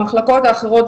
המחלקות האחרות,